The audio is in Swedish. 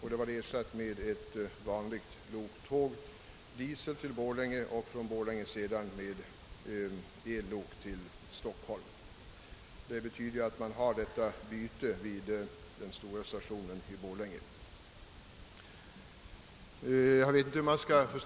och ersatt med ett vanligt dieseldrivet loktåg till Borlänge och sedan med ellokståg till Stockholm efter byte vid stationen i Borlänge.